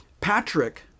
Patrick